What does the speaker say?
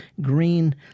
green